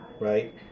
right